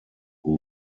who